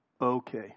okay